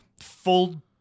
full